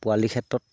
পোৱালিৰ ক্ষেত্ৰত